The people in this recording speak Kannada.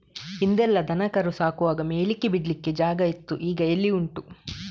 ಹಿಂದೆಲ್ಲ ದನ ಕರು ಸಾಕುವಾಗ ಮೇಯ್ಲಿಕ್ಕೆ ಬಿಡ್ಲಿಕ್ಕೆ ಜಾಗ ಇತ್ತು ಈಗ ಎಲ್ಲಿ ಉಂಟು